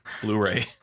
Blu-ray